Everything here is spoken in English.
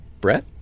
Brett